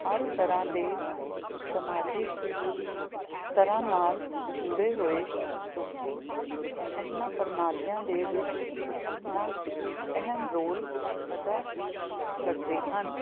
ਹਰ ਤਰ੍ਹਾਂ ਦੇ ਸਮਾਜਿਕ ਸਤਰਾਂ ਨਾਲ ਜੁੜੇ ਹੋਏ ਲੋਕ ਇਹਨਾਂ ਪ੍ਰਣਾਲੀਆਂ ਦੇ ਵਿੱਚ ਆਪਣਾ ਅਹਿਮ ਰੋਲ ਅਦਾ ਕਰਦੇ ਹਨ